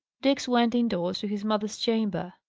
diggs went indoors to his mother's chamber.